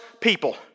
people